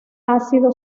ácido